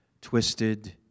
twisted